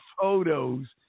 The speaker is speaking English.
photos